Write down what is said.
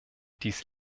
dies